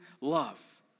love